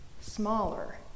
smaller